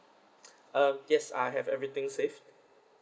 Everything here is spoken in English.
uh yes I have everything saved